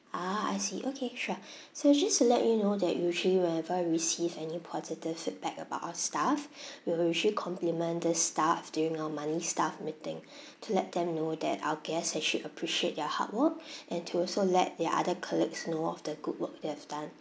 ah I see okay sure so just to let you know that usually whenever we receive any positive feedback about our staff we will usually compliment the staff during our monthly staff meeting to let them know that our guests actually appreciate their hard work and to also let their other colleagues know of the good work they have done